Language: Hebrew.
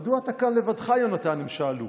'מדוע אתה כאן לבדך, יונתן?' הם שאלו.